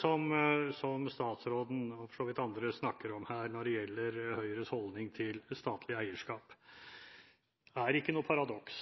som statsråden og for så vidt andre snakker om her når det gjelder Høyres holdning til statlig eierskap, er ikke noe paradoks.